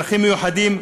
צרכים מיוחדים,